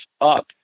up